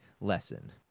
lesson